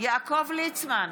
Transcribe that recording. יעקב ליצמן,